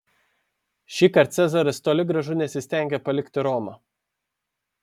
šįkart cezaris toli gražu nesistengė palikti romą